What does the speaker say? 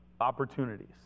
opportunities